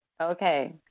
Okay